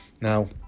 Now